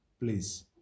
please